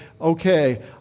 okay